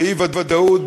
באי-ודאות,